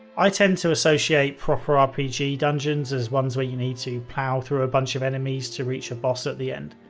i tend to associate proper rpg dungeons as ones where you need to plow through a bunch of enemies to reach a boss at the end.